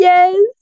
Yes